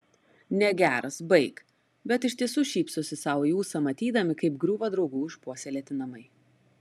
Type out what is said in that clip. negeras baik bet iš tiesų šypsosi sau į ūsą matydami kaip griūva draugų išpuoselėti namai